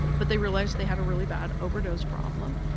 but they realized they had a really bad overdose problem.